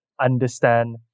understand